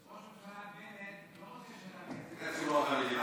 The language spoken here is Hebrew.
ראש הממשלה בנט לא רוצה שאתה תייצג את הציבור החרדי,